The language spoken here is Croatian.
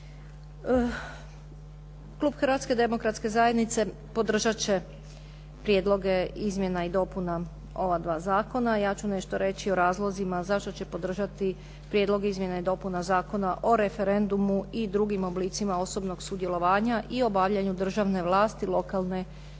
Klub Hrvatske demokratske zajednice podržat će prijedloge izmjena i dopuna ova dva zakona. Ja ću nešto reći o razlozima zašto će podržati prijedlog izmjena i dopuna Zakona o referendumu i drugim oblicima osobnog sudjelovanja i obavljanju državne vlasti i lokalne i